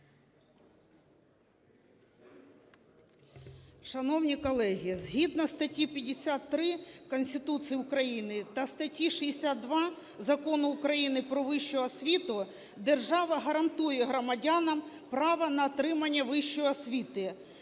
Шановні колеги, згідно статті 53 Конституції України та статті 62 Закону України "Про вищу освіту", держава гарантує громадянам право на отримання вищої освіти.